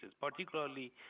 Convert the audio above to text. particularly